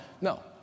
No